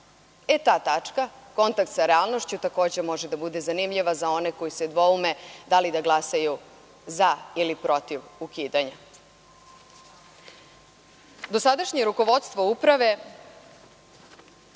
Ta tačka kontakt sa realnošću takođe može da bude zanimljiva za one koji se dvoume da li da glasaju „za“ ili „protiv“ ukidanja. Dosadašnje rukovodstvo Uprave